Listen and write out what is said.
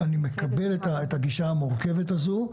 אני מקבל את הגישה המורכבת הזו,